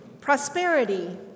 prosperity